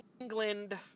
England